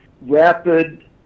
rapid